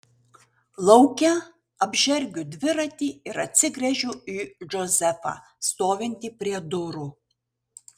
lauke apžergiu dviratį ir atsigręžiu į džozefą stovintį prie durų